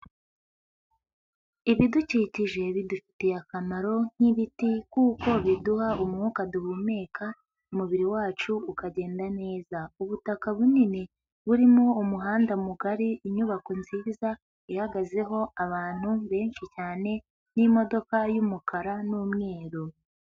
Ibidukikije bidufitiye akamaro, nk'ibiti kuko biduha umwuka duhumeka umubiri wacu ukagenda neza. Ubutaka bunini burimo umuhanda mugari, inyubako nziza ihagazeho abantu benshi cyane n'imodoka y'umukara n'umweru.